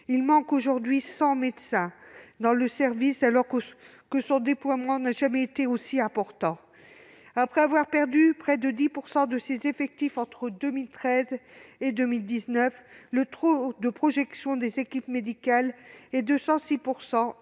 Il manque aujourd'hui 100 médecins dans le service, alors que son déploiement n'a jamais été aussi important. Après avoir perdu près de 10 % de ses effectifs entre 2013 et 2019, le taux de projection des équipes médicales est de 106